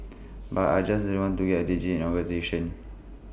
but I just didn't want to get digit in organisation